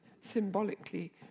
symbolically